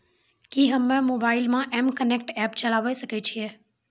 कि हम्मे मोबाइल मे एम कनेक्ट एप्प चलाबय सकै छियै?